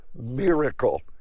miracle